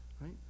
right